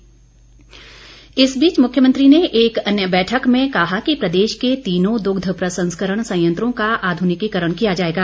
जयराम इस बीच मुख्यमंत्री ने एक अन्य बैठक में कहा कि प्रदेश के तीनों दुग्घ प्रसंस्करण संयंत्रों का आधुनिकीकरण किया जाएगा